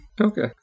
Okay